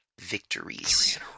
victories